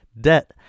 debt